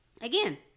again